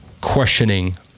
questioning